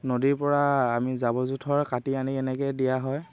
নদীৰ পৰা আমি জাৱৰ জোঁথৰ কাটি আনি এনেকেই দিয়া হয়